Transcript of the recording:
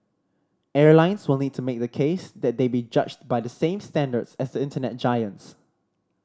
airlines will need to make the case that they be judged by the same standards as the Internet giants